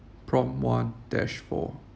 prompt one dash four